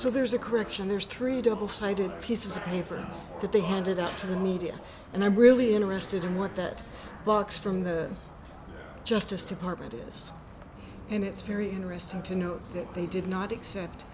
so there's a correction there's three double sided pieces of paper but they handed out to the media and i'm really interested in what that box from the justice department is and it's very interesting to note that they did not accept